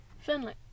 Finley